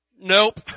Nope